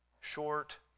short